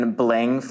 bling